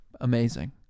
Amazing